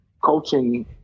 coaching